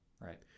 Right